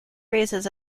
raises